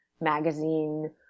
magazine